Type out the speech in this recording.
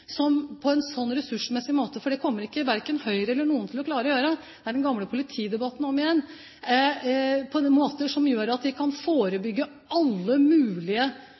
på en slik ressursmessig måte – for det kommer verken Høyre eller andre til å klare å gjøre, det er den gamle politidebatten om igjen – som gjør at vi kan forebygge alle mulige